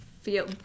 feel